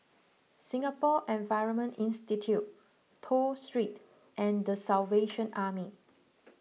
Singapore Environment Institute Toh Street and the Salvation Army